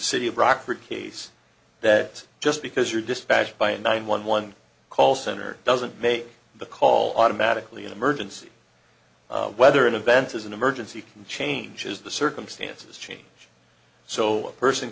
city of rockford case that just because you're dispatched by a nine one one call center doesn't make the call automatically an emergency whether an event is an emergency can changes the circumstances change so person